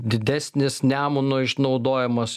didesnis nemuno išnaudojimas